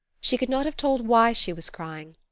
she could not have told why she was crying.